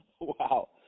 Wow